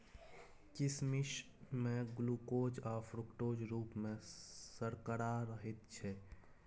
किसमिश मे ग्लुकोज आ फ्रुक्टोजक रुप मे सर्करा रहैत छै